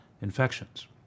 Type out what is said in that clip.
infections